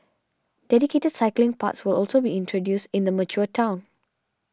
dedicated cycling paths will also be introduced in the mature town